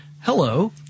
hello